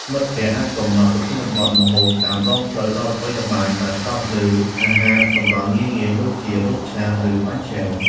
មិត្តភក្តិអាចកំណត់ប្រធានបទ ម្ហូបតាមដងផ្លូវដ៏ល្បីល្បាញ ដែលផ្ដោតលើអាហារសម្រន់ងាយៗដូចជា លតឆា ឬបាញ់ឆែវ។